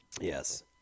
Yes